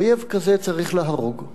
אויב כזה צריך להרוג.